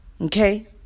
Okay